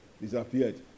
disappeared